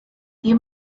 you